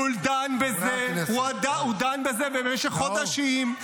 הוא דן בזה במשך חודשים.